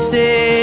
say